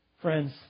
Friends